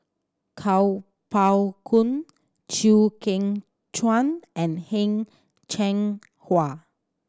Kuo Pao Kun Chew Kheng Chuan and Heng Cheng Hwa